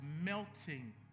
melting